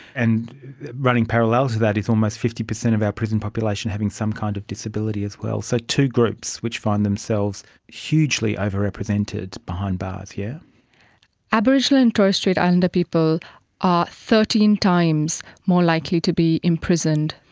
and running parallel to that is almost fifty percent of our prison population having some kind of disability as well. so, two groups which find themselves hugely overrepresented behind bars. yeah aboriginal and torres strait islander people are thirteen times more likely to be imprisoned.